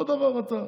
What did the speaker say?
אותו דבר אתה.